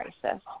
crisis